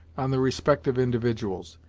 on the respective individuals.